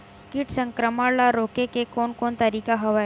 कीट संक्रमण ल रोके के कोन कोन तरीका हवय?